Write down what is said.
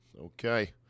Okay